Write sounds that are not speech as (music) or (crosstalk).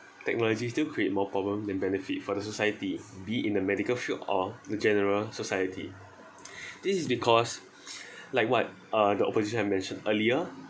technology still create more problem than benefit for the society be in the medical field or the general society (breath) this is because like what uh the opposition have mentioned earlier